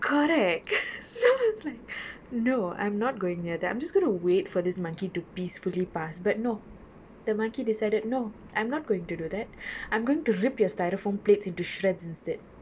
correct so is like no I'm not going near that I'm just going to wait for this monkey to peacefully pass but no the monkey decided no I'm not going to do that I'm going to rip your styrofoam plates into shreds instead